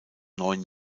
neun